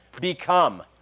Become